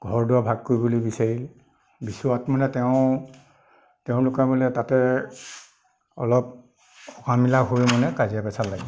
ঘৰ দুৱাৰ ভাগ কৰিবলৈ বিচাৰিলে বিচৰাত মানে তেওঁ তেওঁলোকে মানে তাতে অলপ অকামিলা হৈ মানে কাজিয়া পেছাল লাগিলে